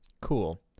cool